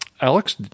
alex